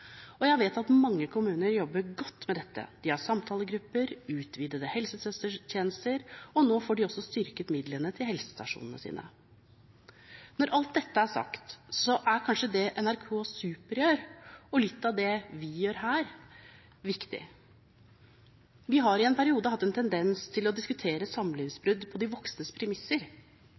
og jeg vet at mange kommuner jobber godt med dette. De har samtalegrupper, utvidede helsesøstertjenester og nå får de også styrket midlene til helsestasjonene sine. Når alt dette er sagt, så er kanskje det NRK Super gjør, og litt av det vi gjør her, viktig. Vi har i en periode hatt en tendens å diskutere